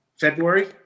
February